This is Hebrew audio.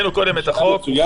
זה נשמע מצוין,